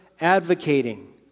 advocating